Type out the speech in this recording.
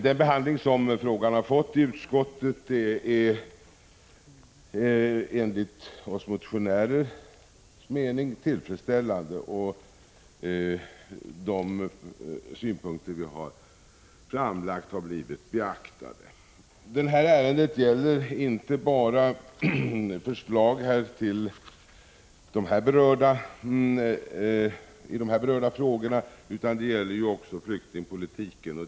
Den behandling som frågan har fått i utskottet är enligt motionärernas mening tillfredsställande, och de synpunkter vi har framfört har blivit beaktade. Detta ärende gäller inte bara förslag i de här berörda frågorna utan det gäller även flyktingpolitiken.